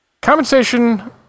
Compensation